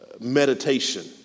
meditation